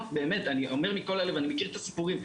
באמת, אני מכיר מכל הלב ואני מכיר את הסיפורים.